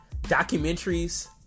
documentaries